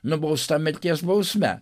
nubausta mirties bausme